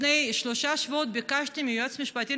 לפני שלושה שבועות ביקשתי מהיועץ המשפטי